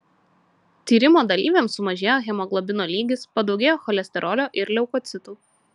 tyrimo dalyviams sumažėjo hemoglobino lygis padaugėjo cholesterolio ir leukocitų